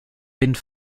wind